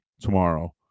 tomorrow